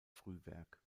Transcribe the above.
frühwerk